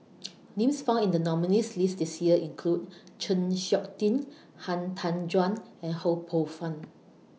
Names found in The nominees' list This Year include Chng Seok Tin Han Tan Juan and Ho Poh Fun